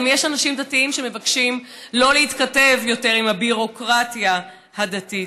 יש גם אנשים דתיים שמבקשים שלא להתכתב יותר עם הביורוקרטיה הדתית.